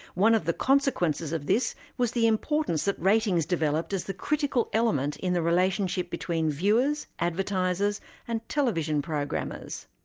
one of the consequences of this was the importance that ratings developed as the critical element in the relationship between viewers, advertisers and television programmers.